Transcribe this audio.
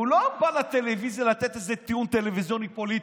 הוא לא בא לטלוויזיה לתת איזה טיעון טלוויזיוני פוליטי,